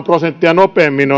prosenttia nopeammin